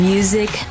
Music